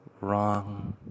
wrong